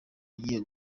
agiye